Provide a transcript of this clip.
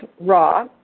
raw